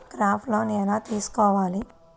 Crop loan ఎలా తీసుకోవాలి?